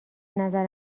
نظر